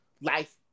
life